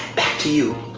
back to you.